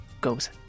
goes